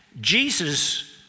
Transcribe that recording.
Jesus